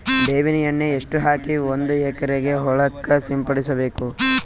ಬೇವಿನ ಎಣ್ಣೆ ಎಷ್ಟು ಹಾಕಿ ಒಂದ ಎಕರೆಗೆ ಹೊಳಕ್ಕ ಸಿಂಪಡಸಬೇಕು?